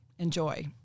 enjoy